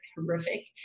horrific